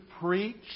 preach